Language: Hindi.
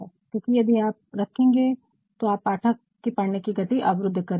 क्योकि यदि आप रखेंगे तो आप पाठक की पढ़ने गति अवरुद्ध करेंगे